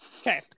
Okay